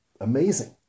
amazing